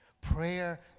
prayer